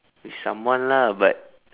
with someone lah but